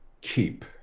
keep